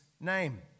name